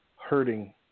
hurting